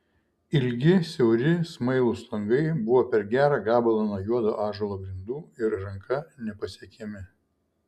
ilgi siauri smailūs langai buvo per gerą gabalą nuo juodo ąžuolo grindų ir ranka nepasiekiami